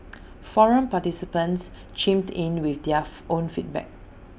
forum participants chimed in with their own feedback